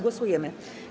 Głosujemy.